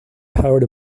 powered